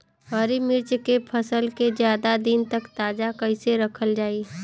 हरि मिर्च के फसल के ज्यादा दिन तक ताजा कइसे रखल जाई?